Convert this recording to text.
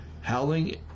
howling